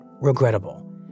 regrettable